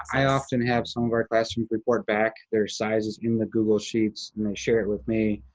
i often have some of our classrooms report back. there are sizes in the google sheets and they share it with me,